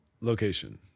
location